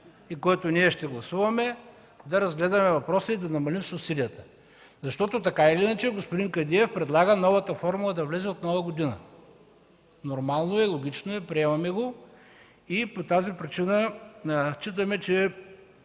и който ще гласуваме, да разгледаме въпроса и да намалим субсидията. Така или иначе, господин Кадиев предлага новата формула да влезе от Нова година. Нормално е, логично е, приемаме го и по тази причина ние